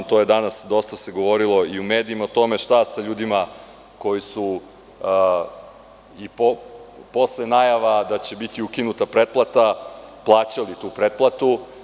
Dosta se govorilo i u medijima o tome, šta sa ljudima koji su, i posle najava da će biti ukinuta pretplata plaćali tu pretplatu.